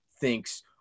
thinks